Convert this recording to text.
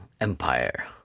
Empire